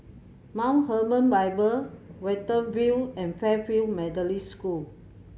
Mount Hermon Bible Watten View and Fairfield Methodist School